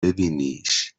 ببینیش